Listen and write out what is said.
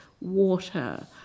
water